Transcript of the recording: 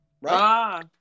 right